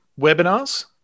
webinars